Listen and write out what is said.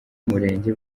w’umurenge